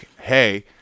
Hey